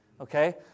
okay